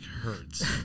hurts